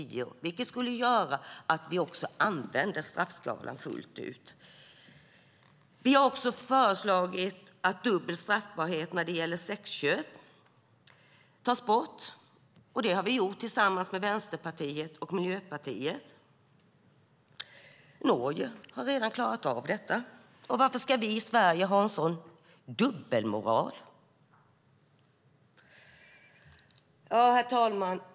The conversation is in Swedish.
Det skulle göra att vi också använde straffskalan fullt ut. Vi har också föreslagit att dubbel straffbarhet när det gäller sexköp tas bort. Det har vi gjort tillsammans med Vänsterpartiet och Miljöpartiet. Norge har redan klarat av detta. Varför ska vi i Sverige ha en sådan dubbelmoral? Herr talman!